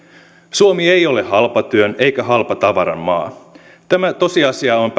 suomi ei ole halpatyön eikä halpatavaran maa tämä tosiasia on